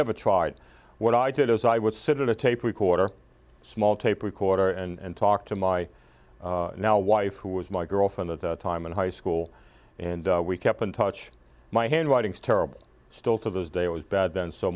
never tried what i did as i would sit in a tape recorder small tape recorder and talk to my now wife who was my girlfriend at the time in high school and we kept in touch my handwriting is terrible still to this day it was bad then so